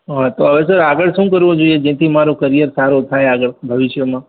હા તો હવે સર આગળ શું કરવું જોઈએ જેથી મારું કરિયર સારું થાય આગળ ભવિષ્યમાં